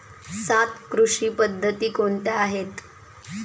सात कृषी पद्धती कोणत्या आहेत?